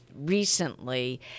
Recently